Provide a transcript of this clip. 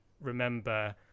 remember